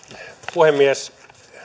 puhemies